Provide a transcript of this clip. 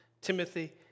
Timothy